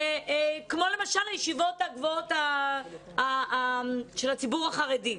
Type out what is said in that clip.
כמו למשל בישיבות הגבוהות של הציבור החרדי,